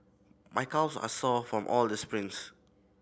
my calves are sore from all the sprints